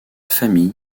famille